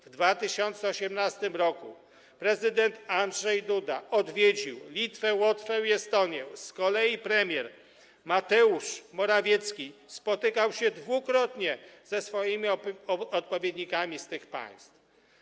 W 2018 r. prezydent Andrzej Duda odwiedził Litwę, Łotwę i Estonię, z kolei premier Mateusz Morawiecki spotkał się dwukrotnie ze swoimi odpowiednikami z tych państw.